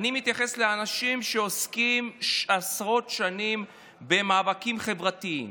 אני מתייחס לאנשים שעוסקים עשרות שנים במאבקים חברתיים,